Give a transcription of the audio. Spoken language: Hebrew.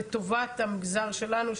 לטובת המגזר שלנו,